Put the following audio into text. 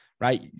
right